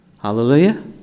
Hallelujah